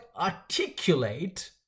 articulate